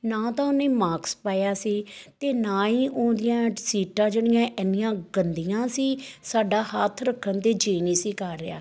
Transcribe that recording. ਨਾ ਤਾਂ ਉਹਨੇ ਮਾਕਸ ਪਾਇਆ ਸੀ ਅਤੇ ਨਾ ਹੀ ਉਹਦੀਆਂ ਸੀਟਾਂ ਜਿਹੜੀਆਂ ਇੰਨੀਆਂ ਗੰਦੀਆਂ ਸੀ ਸਾਡਾ ਹੱਥ ਰੱਖਣ 'ਤੇ ਜੀ ਨਹੀਂ ਸੀ ਕਰ ਰਿਹਾ